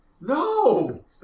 No